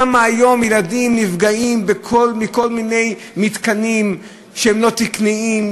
כמה ילדים נפגעים היום מכל מיני מתקנים שהם לא תקניים,